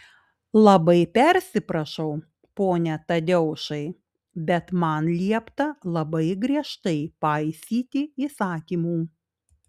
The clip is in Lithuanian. labai persiprašau pone tadeušai bet man liepta labai griežtai paisyti įsakymų